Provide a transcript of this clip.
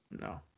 No